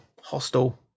Hostel